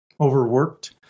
overworked